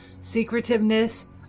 secretiveness